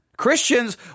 Christians